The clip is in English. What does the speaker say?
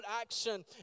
action